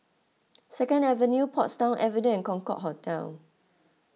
Second Avenue Portsdown Avenue and Concorde Hotel